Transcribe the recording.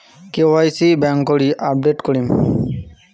KYC কেঙ্গকরি update করিম?